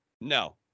no